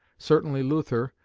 certainly luther,